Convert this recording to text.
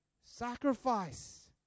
Sacrifice